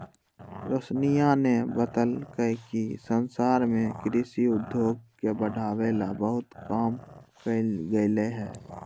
रोशनीया ने बतल कई कि संसार में कृषि उद्योग के बढ़ावे ला बहुत काम कइल गयले है